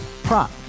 Prop